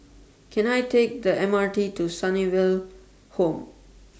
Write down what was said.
Can I Take The M R T to Sunnyville Home